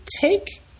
take